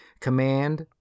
Command